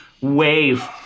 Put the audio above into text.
wave